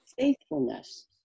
faithfulness